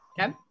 Okay